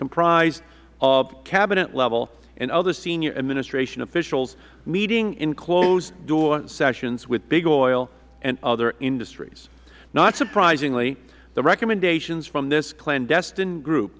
comprised of cabinet level and other senior administration officials meeting in closed door sessions with big oil and other industries not surprisingly the recommendations from this clandestine group